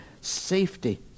safety